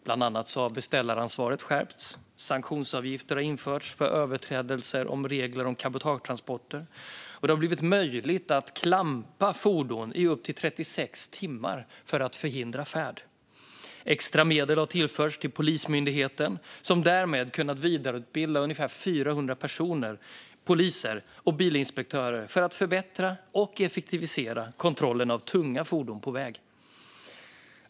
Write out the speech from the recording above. Bland annat har beställaransvaret skärpts, sanktionsavgifter har införts för överträdelser av reglerna om cabotagetransporter och det har blivit möjligt att klampa fordon i upp till 36 timmar för att förhindra färd. Extra medel har tillförts Polismyndigheten, som därmed kunnat vidareutbilda ungefär 400 poliser och bilinspektörer för att förbättra och effektivisera kontrollerna av tunga fordon på väg.